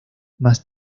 más